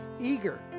eager